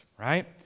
Right